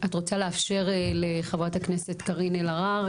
את רוצה לאפשר לחברת הכנסת קרין אלהרר,